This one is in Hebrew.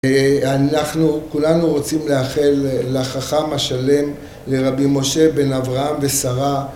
אנחנו כולנו רוצים לאחל לחכם השלם לרבי משה בן אברהם ושרה